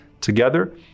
together